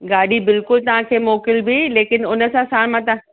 गाॾी बिल्कुलु तव्हांखे मोकिलिबी लेकिन उन सां साण मां तव्हां